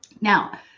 now